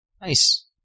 Nice